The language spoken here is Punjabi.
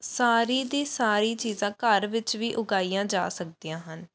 ਸਾਰੀ ਦੀ ਸਾਰੀ ਚੀਜ਼ਾਂ ਘਰ ਵਿੱਚ ਵੀ ਉਗਾਈਆਂ ਜਾ ਸਕਦੀਆਂ ਹਨ